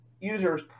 users